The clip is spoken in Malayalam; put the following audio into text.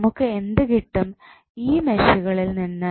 നമുക്ക് എന്ത് കിട്ടും ഈ മെഷുകളിൽ നിന്ന്